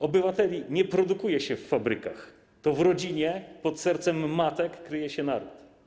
Obywateli nie produkuje się w fabrykach; to w rodzinie, pod sercem matek kryje się naród”